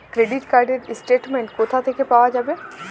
Credit card র statement কোথা থেকে পাওয়া যাবে?